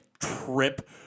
trip